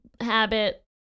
habit